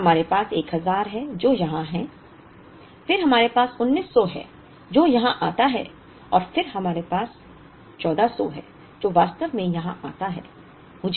फिर हमारे पास 1000 है जो यहाँ है फिर हमारे पास 1900 है जो यहाँ आता है और फिर हमारे पास 1400 है जो वास्तव में यहाँ आता है